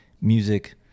music